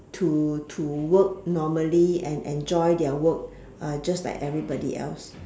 to to work normally and enjoy their work just like everybody else